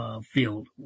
Field